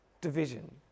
division